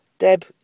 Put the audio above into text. Deb